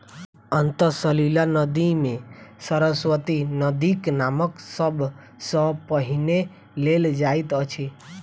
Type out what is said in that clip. अंतः सलिला नदी मे सरस्वती नदीक नाम सब सॅ पहिने लेल जाइत अछि